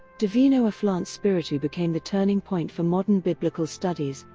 divino afflante spiritu became the turning point for modern biblical studies,